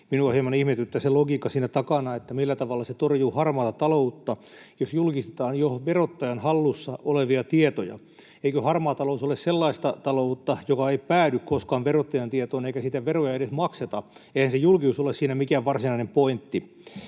minua hieman ihmetyttää se logiikka siinä takana, millä tavalla se torjuu harmaata taloutta, jos julkistetaan jo verottajan hallussa olevia tietoja. Eikö harmaa talous ole sellaista taloutta, joka ei päädy koskaan verottajan tietoon eikä siitä veroja edes makseta? Eihän se julkisuus ole siinä mikään varsinainen pointti.